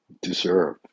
deserve